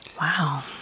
wow